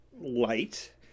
light